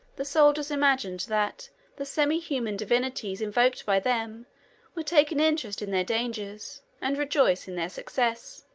the soldiers imagined that the semi-human divinities invoked by them would take an interest in their dangers, and rejoice in their success.